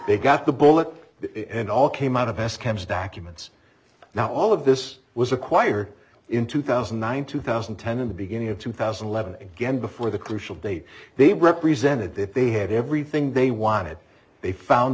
they got the bullet and all came out of s caps documents now all of this was acquire in two thousand and nine two thousand and ten in the beginning of two thousand and eleven again before the crucial date they represented that they had everything they wanted they found